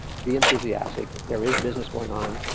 be enthusiastic. there is business going on.